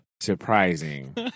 surprising